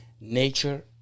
nature